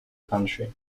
county